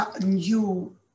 new